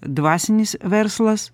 dvasinis verslas